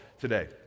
today